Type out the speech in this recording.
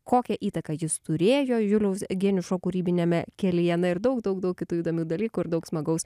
kokią įtaką jis turėjo juliaus geniušo kūrybiniame kelyje na ir daug daug daug kitų įdomių dalykų ir daug smagaus